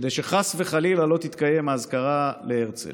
כדי שחס וחלילה לא תתקיים האזכרה להרצל.